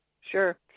Sure